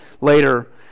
later